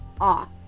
off